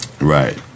Right